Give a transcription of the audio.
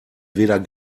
weder